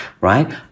right